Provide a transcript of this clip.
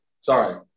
sorry